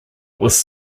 was